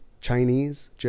Chinese